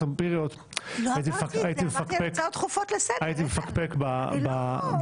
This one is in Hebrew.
אמפיריות הייתי מפקפק -- לא אמרתי את זה,